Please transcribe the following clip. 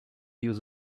use